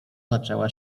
zaczęła